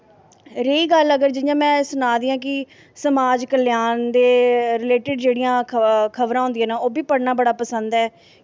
रेही गल्ल अगर जि'यां में सनाऽ दियां ते समाज़ कल्याण दे रिलेटिड़ जेह्ड़ियां खबरां होंदियां न ओह् बी पढ़ना बड़ा पसंद ऐ